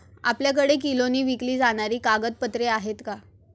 आपल्याकडे किलोने विकली जाणारी कागदपत्रे आहेत का?